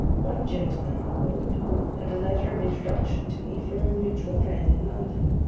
one gentleman on board had a letter of introduction to me from a mutual friend in london.